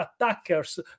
attackers